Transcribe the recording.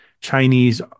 Chinese